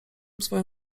swoją